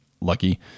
lucky